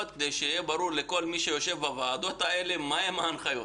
כדי שיהיה ברור לכל מי שיושב בוועדות האלה מהן ההנחיות.